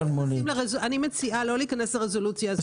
אני מציעה לא להיכנס לרזולוציה הזאת.